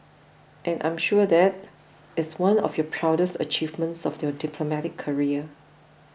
and I'm sure that is one of your proudest achievements of your diplomatic career